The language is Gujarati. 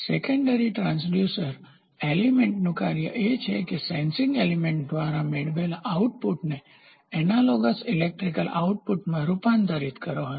સેકન્ડરી ટ્રાન્સડ્યુસર એલિમેન્ટનું કાર્ય એ છે કે સેન્સિંગ એલિમેન્ટ દ્વારા મેળવેલા આઉટપુટને એનાલોગસ ઇલેક્ટ્રિકલ આઉટપુટમાં રૂપાંતરિત કરવાનું